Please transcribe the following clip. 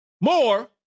more